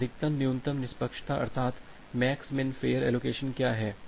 तो अधिकतम न्यूनतम निष्पक्षता अर्थात मैक्स मिन फेयर एलोकेशन क्या है